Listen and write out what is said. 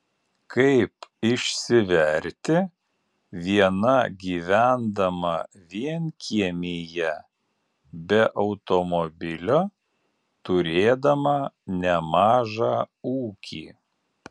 kaip išsiverti viena gyvendama vienkiemyje be automobilio turėdama nemažą ūkį